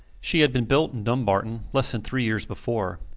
she had been built in dumbarton less than three years before,